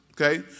Okay